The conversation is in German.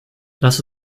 lass